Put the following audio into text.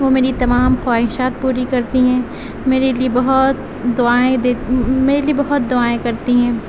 وہ میری تمام خواہشات پوری کرتی ہیں میرے لیے بہت دعائیں دیتی میرے لیے بہت دعائیں کرتی ہیں